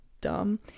dumb